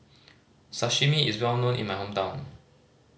sashimi is well known in my hometown